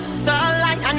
starlight